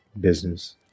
business